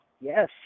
Yes